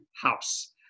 House